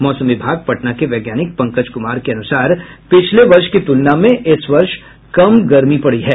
मौसम विभाग पटना के वैज्ञानिक पंकज कुमार के अनुसार पिछले वर्ष की तुलना में इस वर्ष कम गर्मी पड़ी है